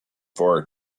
for